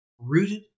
rooted